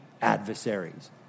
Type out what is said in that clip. adversaries